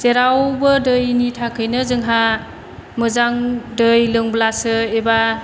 जेरावबो दैनि थाखायनो जोंहा मोजां दै लोंब्लासो एबा